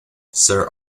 sir